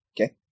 Okay